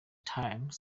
time